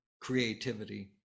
creativity